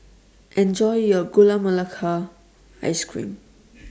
Enjoy your Gula Melaka Ice Cream